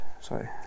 sorry